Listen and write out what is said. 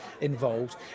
involved